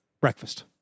breakfast